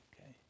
Okay